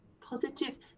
positive